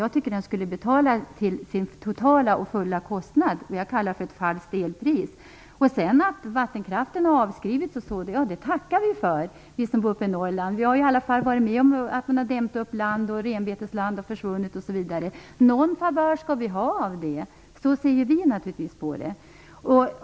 Jag tycker att den skulle betala sin totala och fulla kostnad - något annat kallar jag ett falskt elpris. Att vattenkraften sedan har avskrivits det tackar vi för, vi som bor uppe i Norrland. Vi har varit med om att land har dämts upp, att renbetesland har försvunnit, osv. Någon favör skall vi ha. Så ser vi naturligtvis på det.